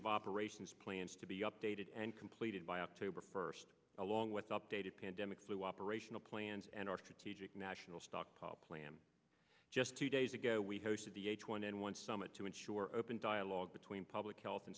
of operations plans to be updated and completed by october first along with updated pandemic flu operational plans and our t j national stockpile plan just two days ago we hosted the h one n one summit to insure open dialogue between public health